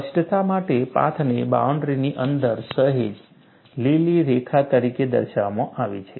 સ્પષ્ટતા માટે પાથને બાઉન્ડરીની અંદર સહેજ લીલી રેખા તરીકે દર્શાવવામાં આવી છે